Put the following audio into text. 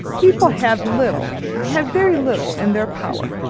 people have little, have very little in their power.